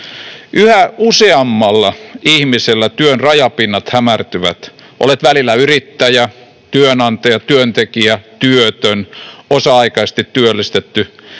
Yhä useammalla ihmisellä työn rajapinnat hämärtyvät: olet välillä yrittäjä, työnantaja, työntekijä, työtön, osa-aikaisesti työllistetty.